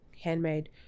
handmade